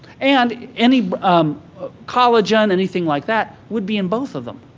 and any um collagen, anything like that, would be in both of them.